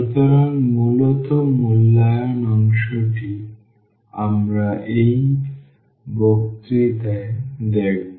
সুতরাং মূলত মূল্যায়ন অংশটি আমরা এই বক্তৃতায় দেখব